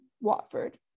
Watford